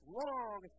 long